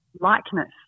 likeness